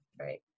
right